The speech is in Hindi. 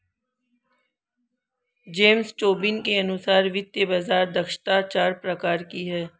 जेम्स टोबिन के अनुसार वित्तीय बाज़ार दक्षता चार प्रकार की है